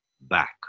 back